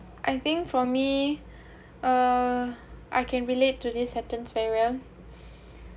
I think for me uh I can relate to this certain farewell